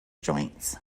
joints